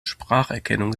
spracherkennung